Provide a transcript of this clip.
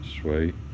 sweet